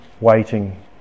waiting